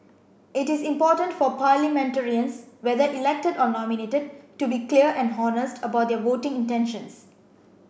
it is important for parliamentarians whether elected or nominated to be clear and honest about their voting intentions